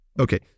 Okay